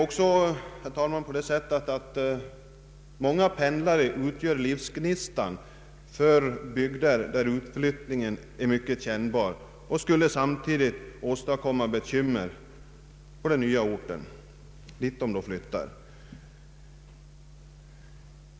Vidare utgör, herr talman, många pendlare livsgnistan för bygder, där utflyttningen är mycket kännbar, samtidigt som deras flyttning skulle åstadkomma bekymmer på den ort dit de flyttar.